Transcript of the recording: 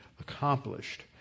accomplished